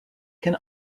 can